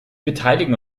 beteiligen